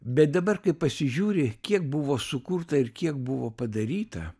bet dabar kai pasižiūri kiek buvo sukurta ir kiek buvo padaryta